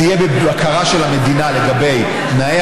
וזה יהיה בבקרה של המדינה לגבי תנאי